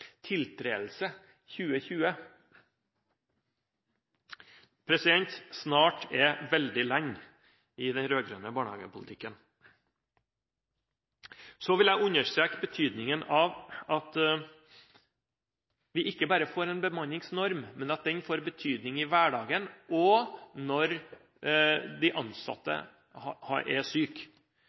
veldig lenge i den rød-grønne barnehagepolitikken. Så vil jeg understreke betydningen av at vi ikke bare får en bemanningsnorm, men at den får en betydning i hverdagen, også når de ansatte